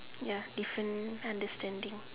ya different understanding